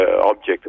object